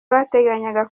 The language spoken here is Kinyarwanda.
bateganyaga